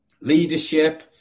leadership